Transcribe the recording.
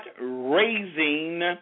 raising